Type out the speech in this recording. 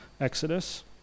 exodus